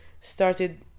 started